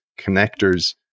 connectors